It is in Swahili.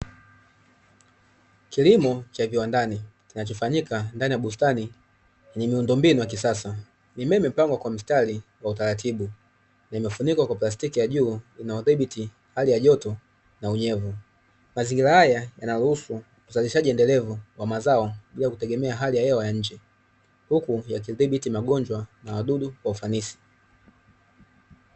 Kilimo cha kiwandani kinachofanyika kwa miundo mbinu ya kisasa, mimea imepangwa mstari kwa utaratibu iliyofunikwa kwa plastiki juu ili kudhibiti jotona unyevu, mazingira haya yana ruhusu kukua kwa mazao bila kutegemea hali ya hewa nje, huku yakidhibiti magonjwa na uharibufu.